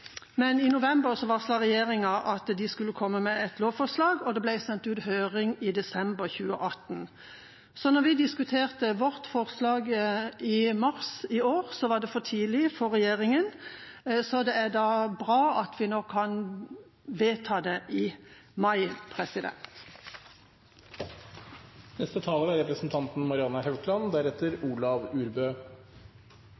men i november varslet regjeringa at den skulle komme med et lovforslag, og det ble sendt ut på høring i desember 2018. Da vi diskuterte vårt forslag i mars i år, var det for tidlig for regjeringa, så det er bra at vi nå kan vedta det i mai.